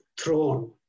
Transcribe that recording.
throne